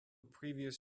previous